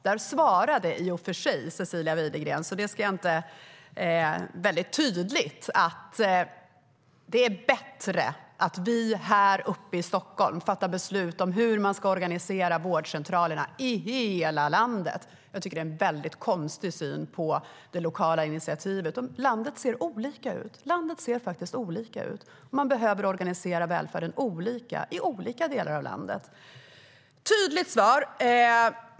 Där svarade i och för sig Cecilia Widegren väldigt tydligt att det är bättre att vi här i Stockholm fattar beslut om hur man ska organisera vårdcentralerna i hela landet. Jag tycker att det är en väldigt konstig syn på det lokala initiativet. Landet ser olika ut. Man behöver organisera välfärden olika i olika delar av landet. Det var ett tydligt svar.